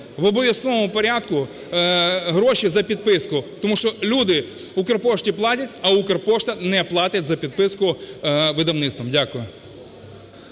в обов'язковому порядку гроші за підписку. Тому що люди "Укрпошті" платять, а "Укрпошта" не платить за підписку видавництвам. Дякую.